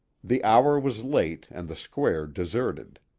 the hour was late and the square deserted.